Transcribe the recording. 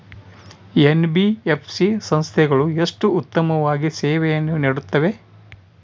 NBFC ಸಂಸ್ಥೆಗಳು ಎಷ್ಟು ಉತ್ತಮವಾಗಿ ಸೇವೆಯನ್ನು ನೇಡುತ್ತವೆ?